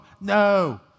no